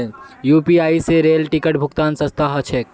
UPI स rail ticket भुक्तान सस्ता ह छेक